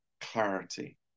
Clarity